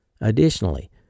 Additionally